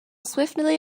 swiftly